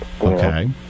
Okay